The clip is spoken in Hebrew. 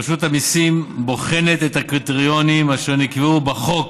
רשות המיסים בוחנת את הקריטריונים אשר נקבעו בחוק